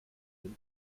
den